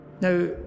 Now